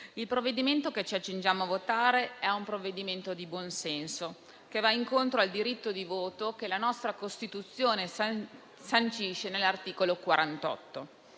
il provvedimento che ci accingiamo votare è di buon senso e va incontro al diritto di voto che la nostra Costituzione sancisce nell'articolo 48.